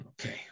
Okay